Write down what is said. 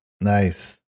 Nice